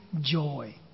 joy